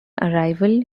arrival